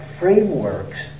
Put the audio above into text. frameworks